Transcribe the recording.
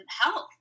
health